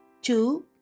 Two